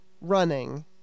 running